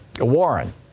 Warren